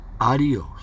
Adios